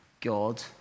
God